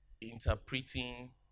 interpreting